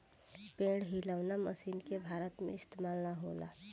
पेड़ हिलौना मशीन के भारत में इस्तेमाल ना होला